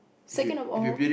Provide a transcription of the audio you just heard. second of all